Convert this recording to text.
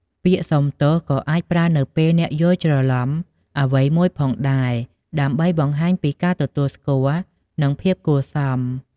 ពាក្យ សុំទោស ក៏អាចប្រើនៅពេលអ្នកយល់ច្រឡំអ្វីមួយផងដែរ ដើម្បីបង្ហាញពីការទទួលស្គាល់ និង ភាពគួរសម។